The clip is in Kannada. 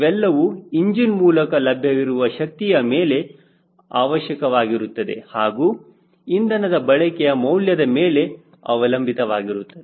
ಇವೆಲ್ಲವೂ ಇಂಜಿನ್ ಮೂಲಕ ಲಭ್ಯವಿರುವ ಶಕ್ತಿಯ ಮೇಲೆ ಅವಶ್ಯಕವಾಗಿರುತ್ತದೆ ಹಾಗೂ ಇಂಧನದ ಬಳಕೆಯ ಮೌಲ್ಯದ ಮೇಲೆ ಅವಲಂಬಿತವಾಗಿರುತ್ತದೆ